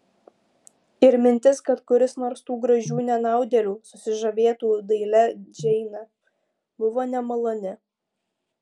ir mintis kad kuris nors tų gražių nenaudėlių susižavėtų dailia džeine buvo nemaloni